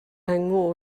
yng